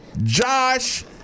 Josh